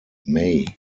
may